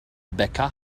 becca